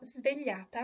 svegliata